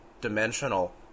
dimensional